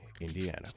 Indiana